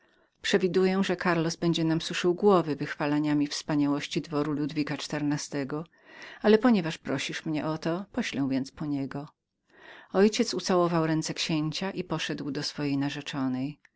przewiduję że karlos będzie nam suszył głowy wychwalaniami wspaniałości dworu ludwika xiv ale ponieważ prosisz mnie o to poślę więc po innegoniego mój ojciec ucałował ręce księcia i poszedł do swojej narzeczonej